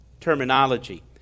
terminology